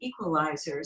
equalizers